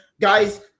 Guys